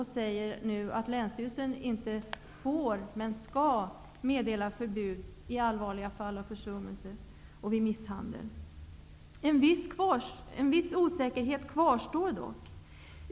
Det sägs nu att länsstyrelsen inte bara ''får'' utan ''skall'' meddela förbud vid allvarliga fall av försummelser och misshandel. En viss osäkerhet kvarstår dock.